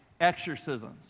exorcisms